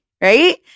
right